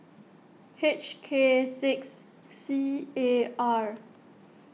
H K six C A R